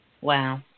Wow